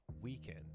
weekend